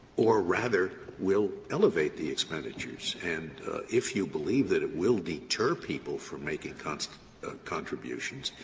or rather, will elevate the expenditures. and if you believe that it will deter people from making kind of contributions,